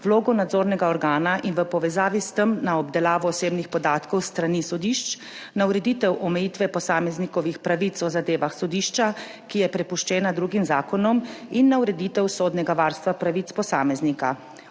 vlogo nadzornega organa in v povezavi s tem na obdelavo osebnih podatkov s strani sodišč, na ureditev omejitve posameznikovih pravic o zadevah sodišča, ki je prepuščena drugim zakonom in na ureditev sodnega varstva pravic posameznika.